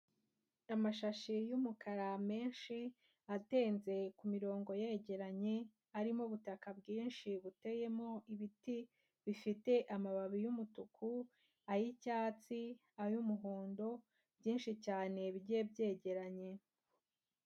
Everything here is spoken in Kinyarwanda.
Amashashi y'umukara menshi atenze ku mirongo yegeranye, arimo ubutaka bwinshi buteyemo ibiti bifite amababi y'umutuku, ay'icyatsi, ay'umuhondo, byinshi cyane bigiye byegeranye.